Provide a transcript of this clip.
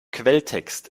quelltext